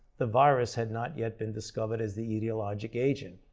the virus had not yet been discovered as the etiologic agent.